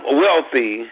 wealthy